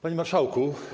Panie Marszałku!